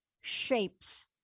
shapes